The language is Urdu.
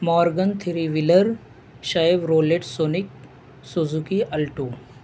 Morgan three wheeler Chevrolet Sonic Suzuki Alto